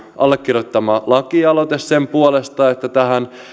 allekirjoittama lakialoite sen puolesta että tähän